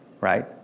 Right